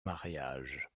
mariage